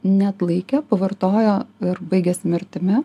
neatlaikė pavartojo ir baigėsi mirtimi